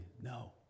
no